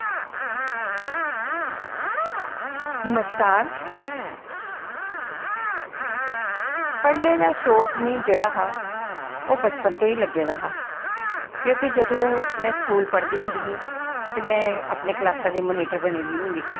नमस्कार पढ़नें दा जेह्ड़ा शौंक हा ओह् मिगी बचपन तो गै लग्गे दा हा क्योंकि जदूं में स्कूल पढ़दी होंदी ही ते में अपनी क्लासा दी मोनिटर बनी दी होंदी बी